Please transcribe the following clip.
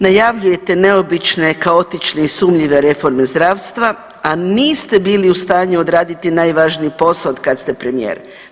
Najavljujete neobične, kaotične i sumnjive reforme zdravstva, a niste bili u stanju odraditi najvažniji posao od kad ste premijer.